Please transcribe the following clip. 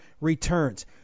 returns